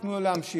ייתנו לו לנסוע.